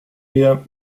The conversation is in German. wir